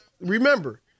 remember